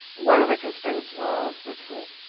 what are the constraints of the tool?